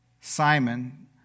Simon